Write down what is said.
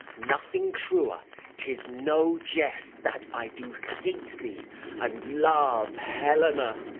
nothing truer tis no jest that i do hate thee and love helena.